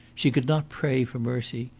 she could not pray for mercy.